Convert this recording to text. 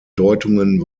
deutungen